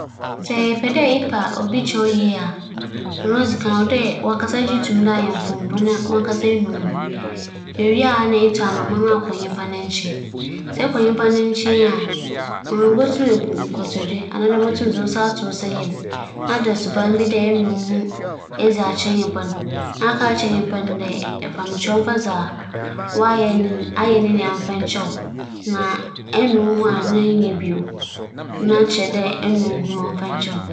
Sɛ merepa obi kyɛw a, adze a mebɛyɛ nye dɛ, mebɛma oehu dɛ, adze a meyɛɛ tsia no no, megye to mu na muhun no dɛ mannyɛ ne yie koraa na metse ase dza me ndzeyɛɛ ama ͻafa mu na mbom mowͻ ha dɛ merebɛpa ne kyɛw na dza osii no bi rinnsi bio. Dza meyɛ no ma hu dɛ m'apa obi kyɛw yie papaapa.